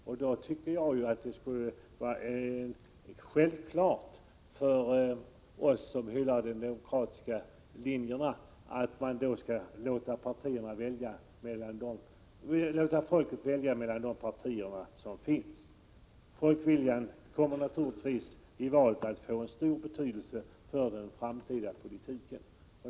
Jag anser att det borde vara självklart för oss som hyllar de demokratiska principerna att låta folket välja mellan de partier som finns. Folkviljan uttryckt i val kommer naturligtvis att få stor betydelse för den framtida politiken.